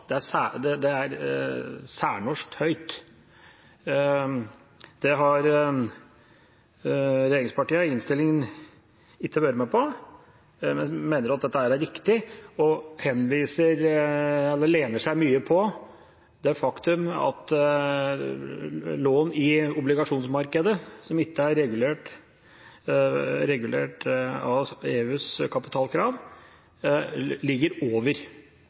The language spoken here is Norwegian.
Det er særnorsk høyt. Det har regjeringenspartiene ikke vært med på i innstillingen. Jeg mener at dette er viktig. Det lener seg mye på det faktum at lån i obligasjonsmarkedet som ikke er regulert av EUs kapitalkrav, ligger over